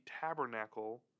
tabernacle